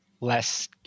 less –